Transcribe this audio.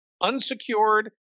unsecured